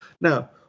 Now